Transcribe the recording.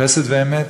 חסד ואמת?